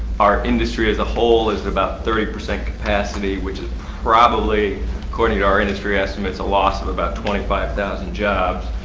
our industry as a whole is at about thirty percent capacity which is probably according to our industry estimates a loss of about twenty five thousand jobs,